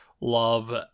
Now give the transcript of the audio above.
love